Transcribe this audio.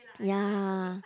ya